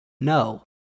No